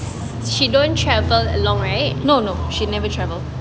she don't travel along right no no she'd never travel